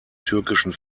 türkischen